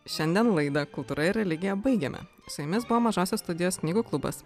šiandien laidą kultūra ir religija baigėme su jumis buvo mažosios studijos knygų klubas